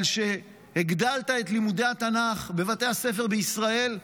על שהגדלת את לימודי התנ"ך בבתי הספר בישראל,